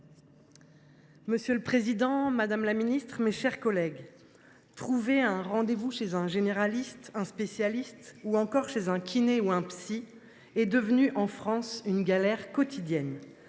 Monsieur le président, madame la ministre, mes chers collègues, trouver un rendez vous chez un généraliste, un spécialiste, un kiné ou un psy est devenu en France une galère quotidienne.